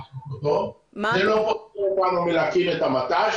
זה לא פוטר אותנו מלהקים את המט"ש.